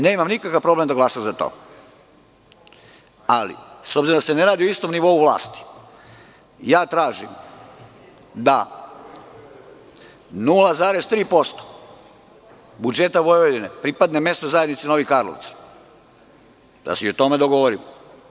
Nemam nikakav problem da glasam za to, ali s obzirom da se ne radi o istom nivou vlasti, tražim da 0,3% budžeta Vojvodine pripadne MZ Novi Karlovci, da se i o tome dogovorima.